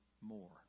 more